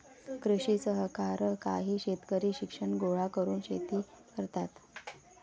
कृषी सहकार काही शेतकरी शिक्षण गोळा करून शेती करतात